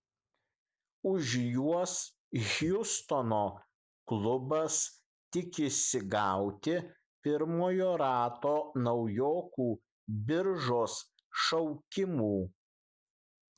už juos hjustono klubas tikisi gauti pirmojo rato naujokų biržos šaukimų